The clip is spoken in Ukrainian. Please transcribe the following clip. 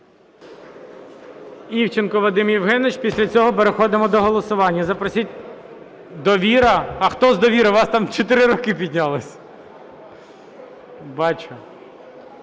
Івченко Вадим Євгенович. Після цього переходимо до голосування. Запросіть… "Довіра". А хто з "Довіри"? У вас там 4 руки піднялись. Бачу.